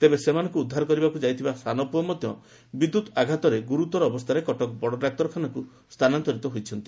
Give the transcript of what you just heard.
ତେବେ ସେମାନଙ୍କୁ ଉଦ୍ଧାର କରିବାକୁ ଯାଇଥିବା ସାନ ପୁଅ ମଧ୍ଧ ବିଦ୍ୟୁତ୍ ଆଘାତରେ ଗୁରୁତର ଅବସ୍ଥାରେ କଟକ ବଡ଼ ଡାକ୍ତରଖାନାକୁ ସ୍ରାନାନ୍ତର କରାଯାଇଛି